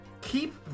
Keep